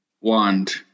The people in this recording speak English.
wand